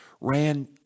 ran